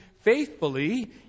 faithfully